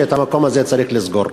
שאת המקום הזה צריך לסגור.